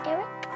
Eric